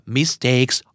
Mistakes